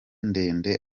ndende